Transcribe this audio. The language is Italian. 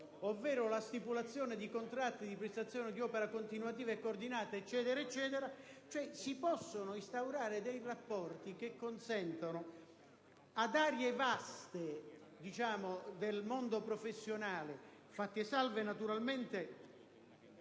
ovvero la stipulazione di contratti di prestazione di opera continuativa e coordinata...». In sostanza, si possono instaurare dei rapporti che consentono ad aree vaste del mondo professionale (fatti salvi naturalmente